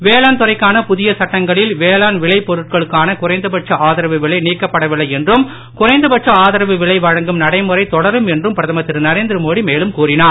வேளாண் துறைக்கான புதிய சட்டங்களில் வேளாண் விளைபொருட்களுக்கான குறைந்த பட்ச நீக்கப்படவில்லை என்றும் குறைந்த பட்ச ஆதரவு விலை வழங்கும் நடைமுறை தொடரும் என்றும் பிரதமர் திரு நரேந்திர மோடி மேலும் கூறினார்